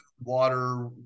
water